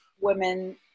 women